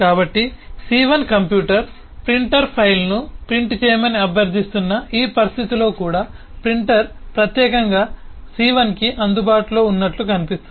కాబట్టి C 1 computer 1 printer file 1 ను print చేయమని అభ్యర్థిస్తున్న ఈ పరిస్థితిలో కూడా ప్రింటర్ ప్రత్యేకంగా C 1 కి అందుబాటులో ఉన్నట్లు అనిపిస్తుంది